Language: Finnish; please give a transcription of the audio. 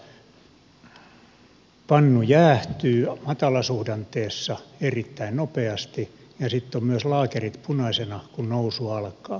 alihankkijalla pannu jäähtyy matalasuhdanteessa erittäin nopeasti ja sitten ovat myös laakerit punaisena kun nousu alkaa